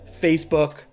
Facebook